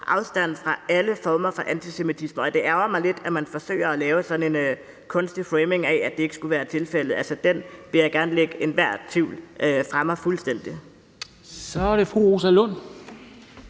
afstand fra alle former for antisemitisme, og det ærgrer mig, at man forsøger at lave sådan en kunstig framing af, at det ikke skulle være tilfældet. Altså, enhver tvivl om det vil jeg gerne lægge fuldstændig fra mig.